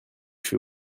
chez